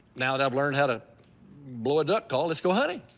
now that i've learned how to blow a duck call, let's go hunting.